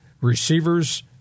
receivers